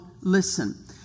listen